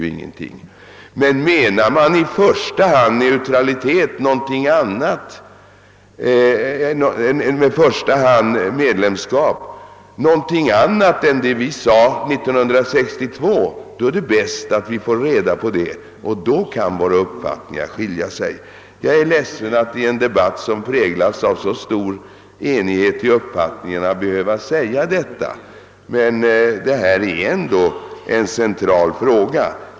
Om man med sin önskan att i första hand låta ansökan avse medlemskap menar något annat än vad vi uttalade 1962 är det bäst att vi får reda på detta, ty i så fall kan våra uppfattningar skilja sig. Jag är ledsen över att i en debatt som präglats av så stor enighet i uppfattningarna behöva göra detta påpekande, men det gäller ändå en central fråga.